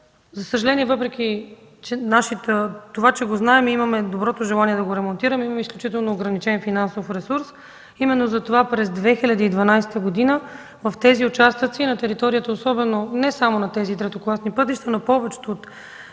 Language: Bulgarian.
За съжаление, това че го знаем, и имаме доброто желание да го ремонтираме, имаме изключително ограничен финансов ресурс. Именно за това през 2012 г. в тези участъци, на територията не само на тези третокласни пътища, а на повечето от